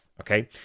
Okay